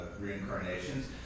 reincarnations